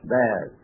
bad